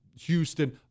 Houston